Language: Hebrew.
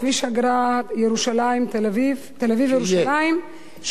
כביש אגרה תל-אביב ירושלים,